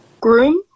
groom